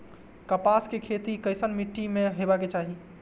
कपास के खेती केसन मीट्टी में हेबाक चाही?